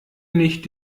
nicht